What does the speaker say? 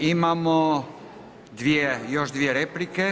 Imamo još dvije replike.